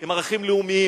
עם ערכים לאומיים,